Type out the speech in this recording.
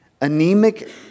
Anemic